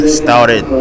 started